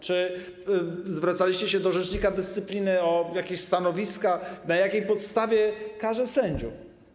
Czy zwracaliście się do rzecznika dyscypliny o jakieś stanowiska, o to, na jakiej podstawie karze sędziów?